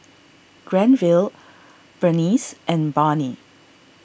Granville Berneice and Barney